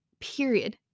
Period